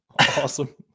Awesome